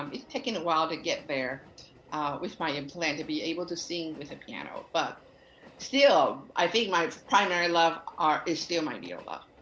um it's taking a while to get there with my and plan to be able to sing with a piano. but still, i think my primary love is still my viola.